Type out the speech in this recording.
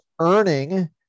earning